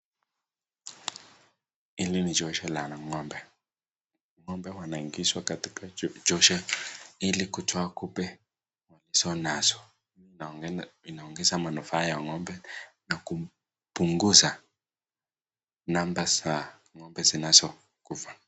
Hili ni josho la ngombe, ngombe waningizwa katika josho hili ili kutoa kupe walizonazo, inaongeza manufaa ya ngombe na kumpunguza namba za ngombe zinazokufa.